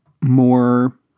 more